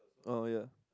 oh ya